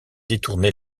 détourné